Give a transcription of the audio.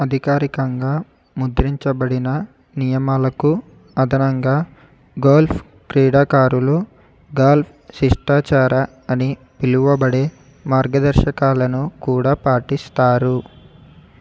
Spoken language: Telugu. అధికారికంగా ముద్రించబడిన నియమాలకు అదనంగా గాల్ఫ్ క్రీడాకారులు గాల్ఫ్ శిష్టాచారా అని పిలువబడే మార్గదర్శకాలను కూడా పాటిస్తారు